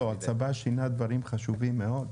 לא, הצבא שינה דברים חשובים מאוד.